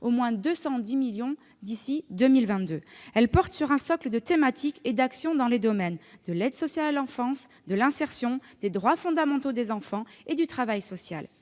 au moins 210 millions d'euros d'ici à 2022. Elle porte sur un socle de thématiques et d'actions dans les domaines de l'aide sociale à l'enfance, de l'insertion, des droits fondamentaux des enfants et du travail social.